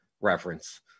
reference